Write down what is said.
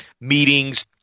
meetings